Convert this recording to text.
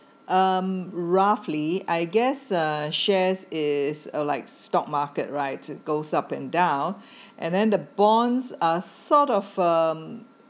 um roughly I guess uh shares is uh like stock market right it goes up and down and then the bonds are sort of um